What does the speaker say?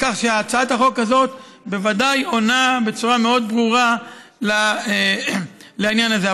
שהצעת החוק הזאת בוודאי עונה בצורה מאוד ברורה על עניין הזה.